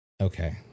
Okay